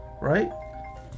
right